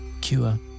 cure